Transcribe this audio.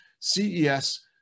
CES